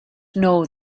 know